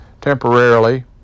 temporarily